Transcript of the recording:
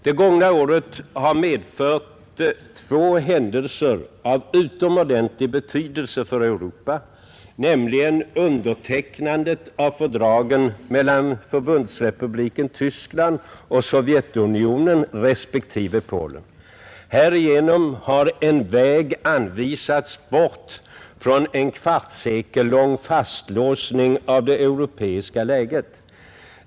Det gångna året har medfört två händelser av utomordentlig betydelse för Europa, nämligen undertecknandet av fördragen mellan Förbundsrepubliken Tyskland och Sovjetunionen respektive Polen. Härigenom har en väg anvisats bort från en kvartssekellång fastlåsning av det europeiska läget.